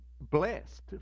blessed